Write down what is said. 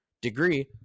degree